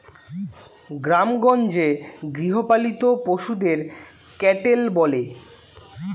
গ্রামেগঞ্জে গৃহপালিত পশুদের ক্যাটেল বলে